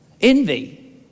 Envy